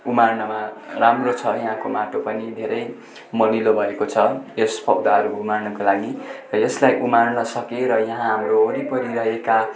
उमार्नमा राम्रो छ यहाँको माटो पनि धेरै मलिलो भएको छ यस पौधाहरू उमार्नका लागि यसलाई उमार्न सके र यहाँ हाम्रो वरिपरि रहेका